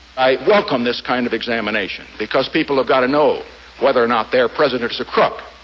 i welcome this kind of examination because people have got to know whether or not their president is a crook.